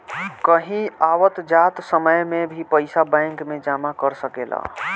कहीं आवत जात समय में भी पइसा बैंक में जमा कर सकेलऽ